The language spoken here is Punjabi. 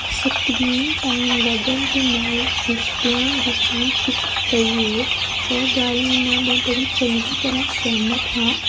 ਸਕਰੀਨ ਟਾਈਮ ਵਧਣ ਦੇ ਨਾਲ ਰਿਸ਼ਤਿਆਂ ਵਿੱਚ ਵੀ ਫਿੱਕ ਪਈ ਹੈ ਇਹ ਗੱਲ ਨਾਲ ਮੈਂ ਬੜੀ ਚੰਗੀ ਤਰ੍ਹਾਂ ਸਹਿਮਤ ਹਾਂ